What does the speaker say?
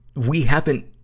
we haven't,